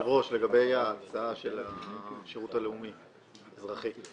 היושב ראש, לגבי ההצעה של השירות הלאומי אזרחי.